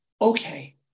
okay